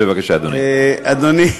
בבקשה, אדוני.